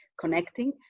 connecting